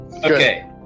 Okay